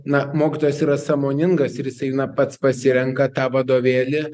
na mokytojas yra sąmoningas ir jisai na pats pasirenka tą vadovėlį